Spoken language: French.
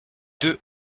deux